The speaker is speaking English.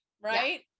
right